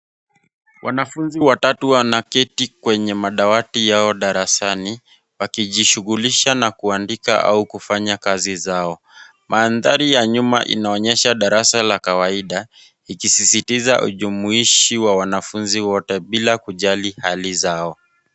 Wanafunzi watatu wanaketi kwenye madawati yao darasani wakijishughulisha na kuandika au kufanya kazi zao. Mandhari ya nyuma inaonyesha darasa la kawaida ikisisitiza ujumuishi wa wanafunzi wote bila kujali hali zao.